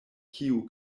kiu